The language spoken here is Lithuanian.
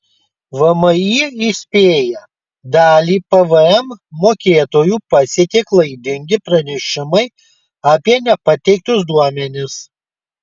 vmi įspėja dalį pvm mokėtojų pasiekė klaidingi pranešimai apie nepateiktus duomenis